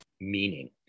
meaning